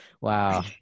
Wow